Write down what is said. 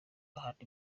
ahandi